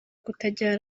kutagira